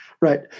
Right